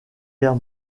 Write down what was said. guerre